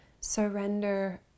surrender